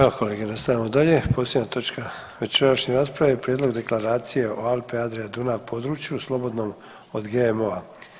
Evo kolege nastavljamo dalje, posljednja točka večerašnje rasprave: -Prijedlog Deklaracije o Alpe-Adria-Dunav području slobodnom od GMO-a.